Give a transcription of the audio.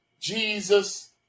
Jesus